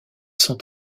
sont